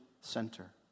center